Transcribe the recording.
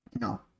No